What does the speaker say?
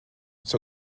zur